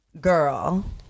girl